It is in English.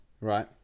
Right